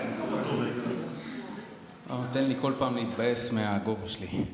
אתה נותן לי כל פעם להתבאס מהגובה שלי.